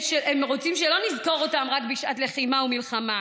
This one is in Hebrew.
הם רוצים שלא נזכור אותם רק בשעת לחימה ומלחמה,